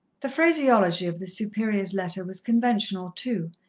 the phraseology of the superior's letter was conventional, too,